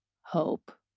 hope